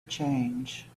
change